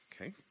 Okay